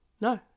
No